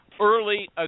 early